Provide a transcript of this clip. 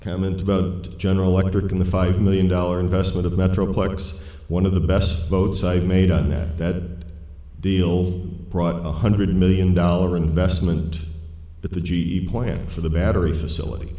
comment about the general electric in the five million dollar investment of metroplex one of the best boats i've made on that bed deal brought one hundred million dollar investment but the g e plant for the battery facility